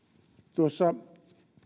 tuossa